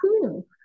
cool